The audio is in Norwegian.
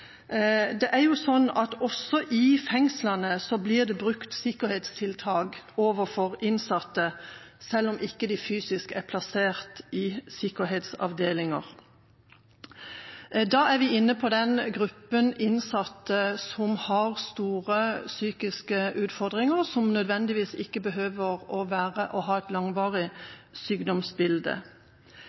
jo slik at også i fengslene blir det brukt sikkerhetstiltak overfor innsatte, selv om de ikke fysisk er plassert i sikkerhetsavdelinger. Da er vi inne på den gruppen innsatte som har store psykiske utfordringer, og som ikke nødvendigvis behøver å ha et langvarig sykdomsbilde.